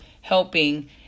helping